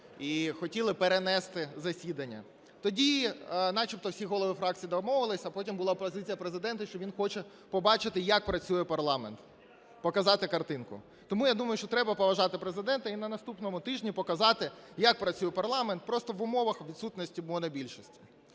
і хотіли перенести засідання. Тоді начебто всі голови фракцій домовились, а потім була позиція Президента, що він хоче побачити, як працює парламент, показати картинку. Тому я думаю, що треба поважати Президента і на наступному тижні показати, як працює парламент, просто в умовах відсутності монобільшості.